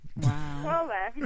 Wow